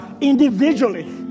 Individually